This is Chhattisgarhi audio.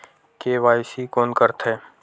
के.वाई.सी कोन करथे?